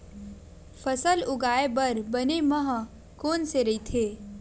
फसल उगाये बर बने माह कोन से राइथे?